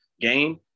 game